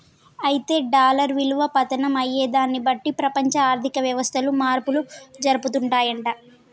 అయితే డాలర్ విలువ పతనం అయ్యేదాన్ని బట్టి ప్రపంచ ఆర్థిక వ్యవస్థలు మార్పులు జరుపుతాయంట